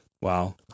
Wow